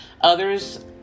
Others